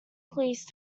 police